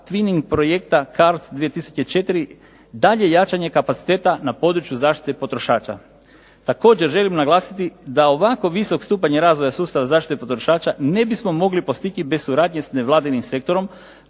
Twinning projekta CARDS 2004. dalje jačanje kapaciteta na području zaštite potrošača. Također želim naglasiti da ovako visok stupanj razvoja sustava zaštite potrošača ne bismo mogli postići bez suradnje s nevladinim sektorom